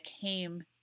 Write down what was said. came